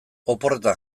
oporretan